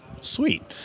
Sweet